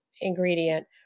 ingredient